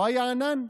לא היה ענן?